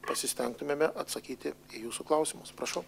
pasistengtumėme atsakyti į jūsų klausimus prašau